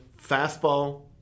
fastball